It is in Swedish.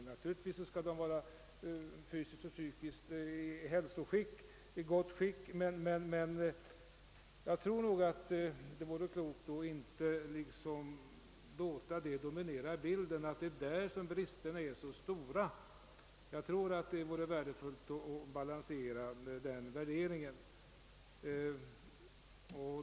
Naturligtvis skall de unga befinna sig i gott hälsoskick fysiskt och psykiskt, men jag tror ändå att det vore klokt att inte låta detta krav vara helt dominerande på ett område där bristerna är så stora som de är här. Det vore värdefullt om man försökte balansera den värderingen.